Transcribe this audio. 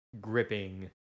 Gripping